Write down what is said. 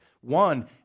One